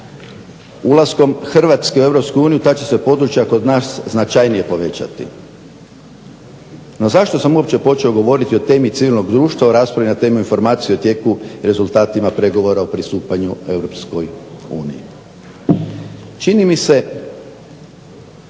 Ulaskom Hrvatske u Europsku uniju ta će se područja kod nas značajnije povećati. No zašto sam uopće počeo govoriti o temi civilnog društva u raspravi na temu informacije o tijeku i rezultatima pregovora o pristupanju Europskoj